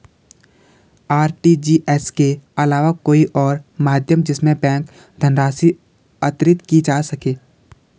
RTGS के अलावा कोई और माध्यम जिससे बैंक धनराशि अंतरित की जा सके?